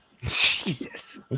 Jesus